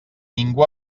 ningú